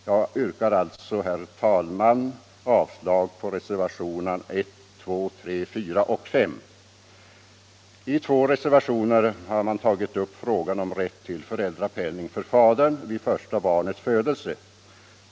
Jag yrkar alltså, herr talman, avslag på reservationerna 1, 2, 3, 4 och 5 I två reservationer har man tagit upp frågan om rätt till föräldrapenning för fadern vid första barnets födelse.